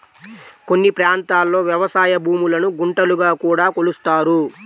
కొన్ని ప్రాంతాల్లో వ్యవసాయ భూములను గుంటలుగా కూడా కొలుస్తారు